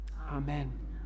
Amen